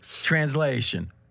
Translation